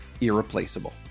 irreplaceable